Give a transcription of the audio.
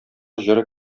җыры